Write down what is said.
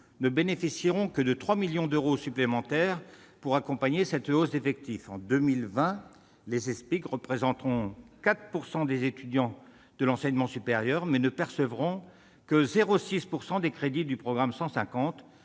ne bénéficieront que de 3 millions d'euros supplémentaires pour accompagner cette hausse d'effectifs. En 2020, les Eespig représenteront 4 % des étudiants de l'enseignement supérieur, mais ne percevront que 0,6 % des crédits du programme 150.